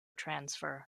transfer